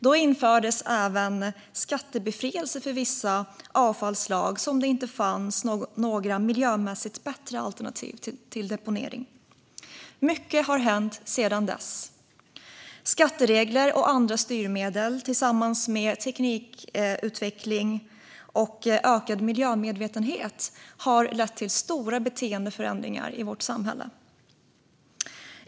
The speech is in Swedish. Då infördes även skattebefrielse för vissa avfallsslag som det inte fanns några miljömässigt bättre alternativ för än deponering. Mycket har hänt sedan dess. Skatteregler och andra styrmedel har tillsammans med teknikutveckling och ökad miljömedvetenhet lett till stora beteendeförändringar i vårt samhälle.